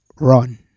run